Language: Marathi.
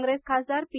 कॉंग्रेस खासदार पी